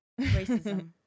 racism